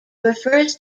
refers